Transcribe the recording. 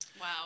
Wow